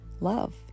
Love